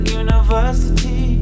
university